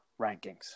rankings